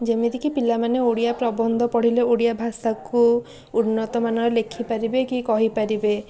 ଯେମିତିକି ପିଲାମାନେ ଓଡ଼ିଆ ପ୍ରବନ୍ଧ ପଢ଼ିଲେ ଓଡ଼ିଆ ଭାଷାକୁ ଉନ୍ନତମାନର ଲେଖି ପାରିବେ କି କହିପାରିବେ